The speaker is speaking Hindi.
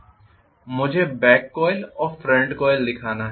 मुझे बैक कॉइल और फ्रंट कॉइल दिखाना है